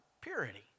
purity